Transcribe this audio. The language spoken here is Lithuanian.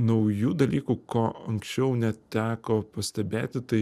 naujų dalykų ko anksčiau neteko pastebėti tai